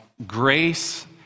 grace